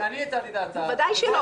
בוודאי שלא,